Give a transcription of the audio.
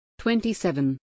27